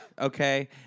okay